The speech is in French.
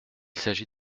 s’agit